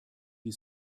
die